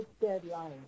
deadline